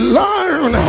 learn